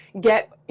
get